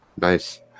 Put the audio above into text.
Nice